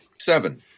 Seven